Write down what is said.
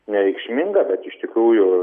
nereikšminga bet iš tikrųjų